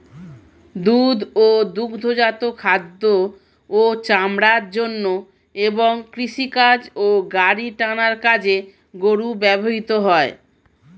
দুধ ও দুগ্ধজাত খাদ্য ও চামড়ার জন্য এবং কৃষিকাজ ও গাড়ি টানার কাজে গরু ব্যবহৃত হয়